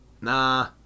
nah